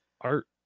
Art